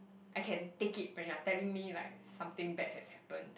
I can take it when you are telling me like something bad has happened